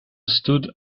stood